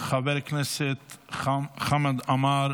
חבר הכנסת חמד עמאר,